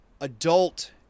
adult